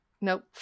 nope